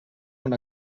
són